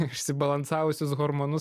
išsibalansavusius hormonus